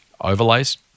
overlays